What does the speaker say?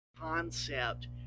concept